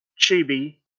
Chibi